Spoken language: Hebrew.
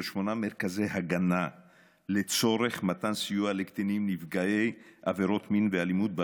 של שמונה מרכזי הגנה לצורך מתן סיוע לקטינים נפגעי עבירות מין ואלימות,